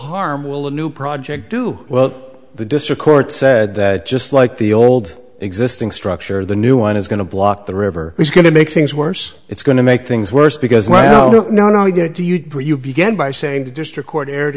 harm will the new project do well the district court said that just like the old existing structure the new one is going to block the river is going to make things worse it's going to make things worse because well no no no no we get to you or you began by saying the district court erred